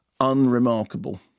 unremarkable